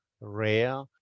rare